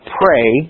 pray